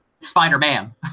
Spider-Man